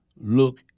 look